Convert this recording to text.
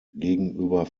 gegenüber